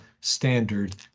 standard